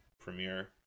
Premiere